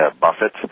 Buffett